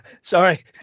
sorry